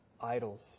idols